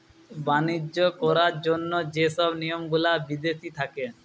বাণিজ্য করার জন্য যে সব নিয়ম গুলা বিদেশি থাকে